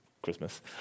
Christmas